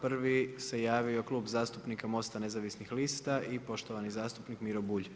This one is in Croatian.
Prvi se javio Klub zastupnika Mosta nezavisnih lista i poštovani zastupnik Miro Bulj.